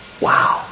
Wow